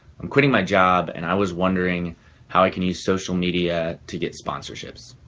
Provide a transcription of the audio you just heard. i'm quitting my job, and i was wondering how i can use social media to get sponsorships.